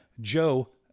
Joe